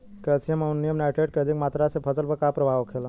Calcium ammonium nitrate के अधिक मात्रा से फसल पर का प्रभाव होखेला?